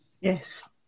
Yes